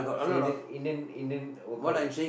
he's a Indian Indian Indian worker